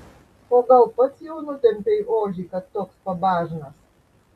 o gal pats jau nutempei ožį kad toks pabažnas